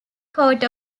court